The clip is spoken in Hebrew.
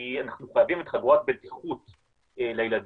אנחנו חייבים את חגורת הבטיחות לילדים,